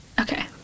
Okay